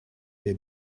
der